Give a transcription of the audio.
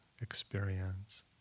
experience